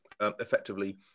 effectively